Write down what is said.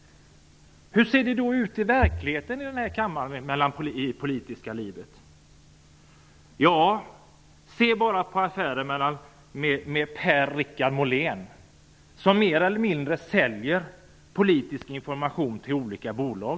Hur ser det ut i verkligheten, i den här kammaren och i det politiska livet? Ja, se bara på affären med Per-Richard Molén, som mer eller mindra säljer politisk information till olika bolag.